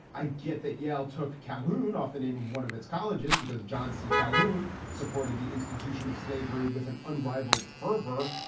i get that yale took calhoun off the name of one of its colleges because john c. calhoun supported the institution of slavery with an unrivaled fervor.